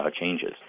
changes